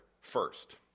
first